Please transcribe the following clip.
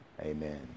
amen